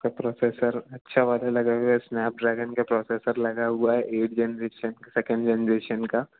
उसका प्रोसेसर अच्छा वाला लगा हुआ है स्नेपड्रैगन का प्रोसेसर लगा हुआ है एक जेनरेशन सेकंड जनरेशन का